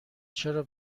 چرا